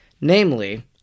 namely